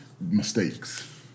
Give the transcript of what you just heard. mistakes